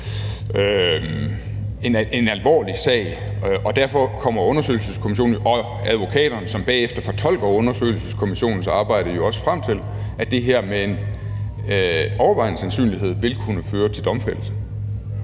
en alvorlig sag, og derfor kommer undersøgelseskommissionen og advokaterne, som bagefter fortolker undersøgelseskommissionsarbejdet, jo også frem til, at det her med en overvejende sandsynlighed vil kunne føre til domfældelse.